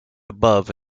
above